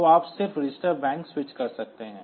तो आप सिर्फ रजिस्टर बैंक स्विच कर सकते हैं